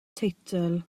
teitl